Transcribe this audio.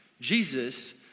Jesus